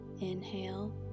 Inhale